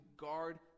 guard